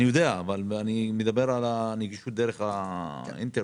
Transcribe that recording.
אני יודע, אני מדבר על הנגישות דרך האינטרנט.